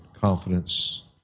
confidence